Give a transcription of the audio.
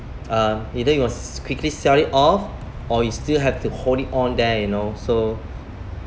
uh either you will quickly sell it off or you still have to hold it on there you know so